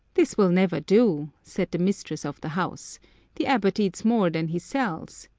this will never do, said the mistress of the house the abbot eats more than he sells.